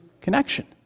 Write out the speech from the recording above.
connection